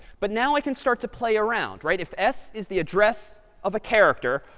but now i can start to play around. right? if s is the address of a character,